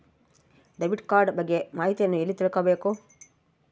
Debit card ಬಗ್ಗೆ ಮಾಹಿತಿಯನ್ನ ಎಲ್ಲಿ ತಿಳ್ಕೊಬೇಕು?